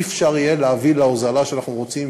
לא יהיה אפשר להביא להוזלה שאנחנו רוצים,